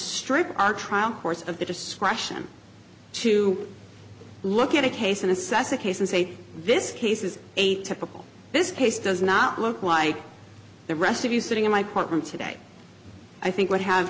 strip our trial courts of the discretion to look at a case and assess a case and say this case is a typical this case does not look like the rest of you sitting in my courtroom today i think would have